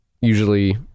Usually